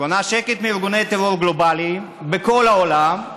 קונה שקט מארגוני טרור גלובליים, בכל העולם,